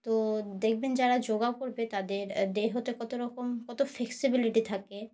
তো দেখবেন যারা যোগা করবে তাদের দেখতে কত রকম কত ফ্লেক্সিবিলিটি থাকে